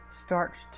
starts